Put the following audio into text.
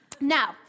Now